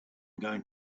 going